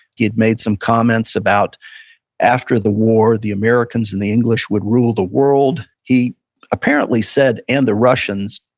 he had made some comments about after the war, the americans and the english would rule the world. he apparently said, and the russians.